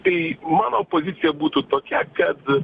tai mano pozicija būtų tokia kad